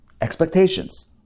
Expectations